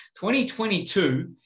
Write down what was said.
2022